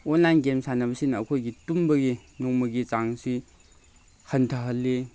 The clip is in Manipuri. ꯑꯣꯟꯂꯥꯏꯟ ꯒꯦꯝ ꯁꯥꯟꯅꯕꯁꯤꯅ ꯑꯩꯈꯣꯏꯒꯤ ꯇꯨꯝꯕꯒꯤ ꯅꯣꯡꯃꯒꯤ ꯆꯥꯡꯁꯤ ꯍꯟꯊꯍꯜꯂꯤ